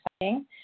exciting